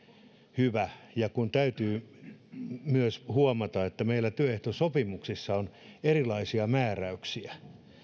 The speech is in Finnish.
hyvä ja täytyy myös huomata että meillä työehtosopimuksissa on erilaisia määräyksiä